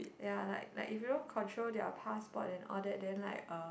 ya like like if you don't control their passport and all that then like uh